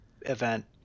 event